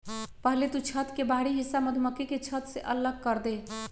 पहले तु छत्त के बाहरी हिस्सा मधुमक्खी के छत्त से अलग करदे